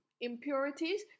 impurities